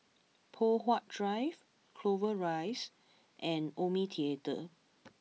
Poh Huat Drive Clover Rise and Omni Theatre